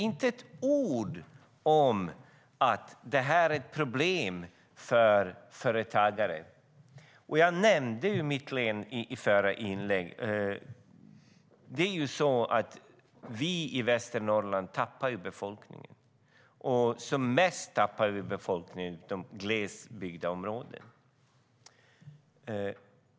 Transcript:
Inte ett ord om att det här är ett problem för företagare. Jag nämnde i mitt förra inlägg att vi i Västernorrland tappar befolkning. Mest tappar vi i de glesbebyggda områdena.